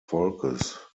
volkes